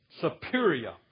superior